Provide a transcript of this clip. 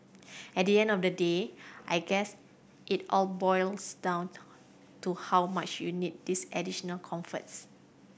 at the end of the day I guess it all boils down to how much you need these additional comforts